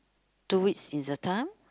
two weeks is the time